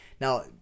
Now